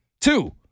Two